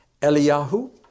Eliyahu